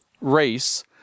race